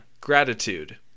Gratitude